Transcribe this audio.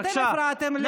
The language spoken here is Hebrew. בבקשה.